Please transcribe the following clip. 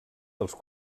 dels